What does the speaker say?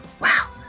Wow